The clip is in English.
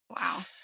Wow